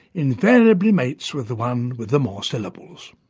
invariably mates with the one with the more syllables.